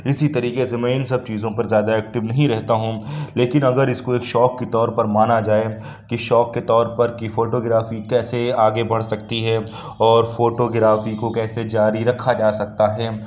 اِسی طریقے سے میں اِن سب چیزوں پر زیادہ ایكٹیو نہیں رہتا ہوں لیكن اگر اِس كو ایک شوق كے طور پر مانا جائے کہ شوق کے طور پر کہ فوٹو گرافی کیسے آگے بڑھ سکتی ہےاور فوٹو گرافی کو کیسے جاری رکھا جا سکتا ہے